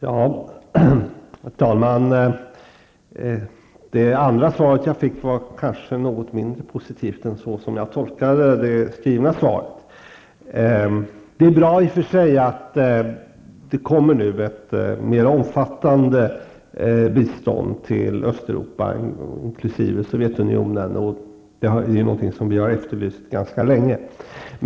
Herr talman! Det andra svar som jag fick var kanske något mindre positivt än det skrivna svaret, som jag tolkade det. Det är i och för sig bra att det nu kommer ett mera omfattande bistånd till Östeuropa inkl. Sovjetunionen, och det är någonting som vi har efterlyst ganska länge.